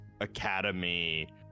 academy